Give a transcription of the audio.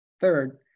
Third